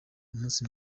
n’umunsi